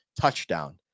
touchdown